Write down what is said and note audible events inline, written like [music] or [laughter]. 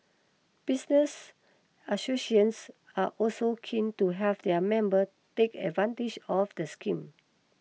business [unintelligible] are also keen to have their members take advantage of the scheme